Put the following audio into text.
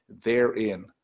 therein